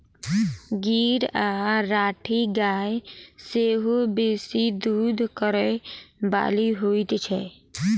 गीर आ राठी गाय सेहो बेसी दूध करय बाली होइत छै